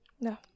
No